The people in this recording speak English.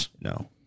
No